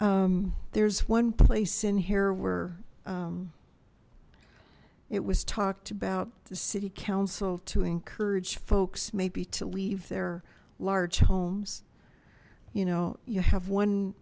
there's one place in here where it was talked about the city council to encourage folks maybe to leave their large homes you know you have one